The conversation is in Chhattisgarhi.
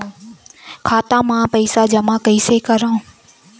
खाता म पईसा जमा कइसे करव?